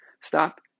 stop